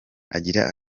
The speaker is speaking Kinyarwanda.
agira